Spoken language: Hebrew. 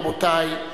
רבותי,